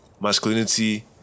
masculinity